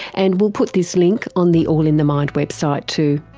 and we'll put this link on the all in the mind website too.